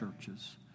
churches